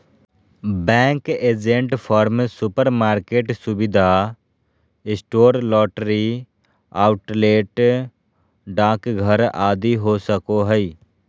bank agent farm, supermarket, सुविधा store, lottery outlet, डाकघर आदि हो सको हइ